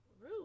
rude